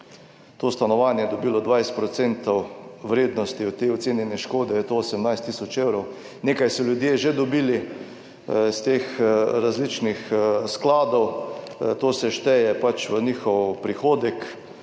to stanovanje dobilo 20 % vrednosti od te ocenjene škode, je to 18 tisoč evrov. Nekaj so ljudje že dobili iz teh različnih skladov, to se šteje pač v njihov prihodek,